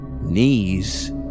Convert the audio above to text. knees